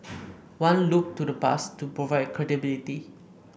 one looked to the past to provide credibility